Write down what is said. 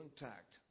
intact